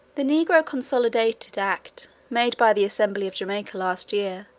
the negro consolidated act, made by the assembly of jamaica last year,